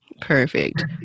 Perfect